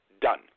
done